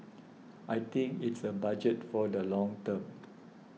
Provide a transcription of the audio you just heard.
I think it's a budget for the long term